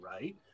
Right